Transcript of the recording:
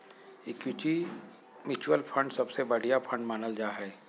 equity mutual fund सबसे बढ़िया fund मानल जा हय